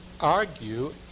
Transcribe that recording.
argue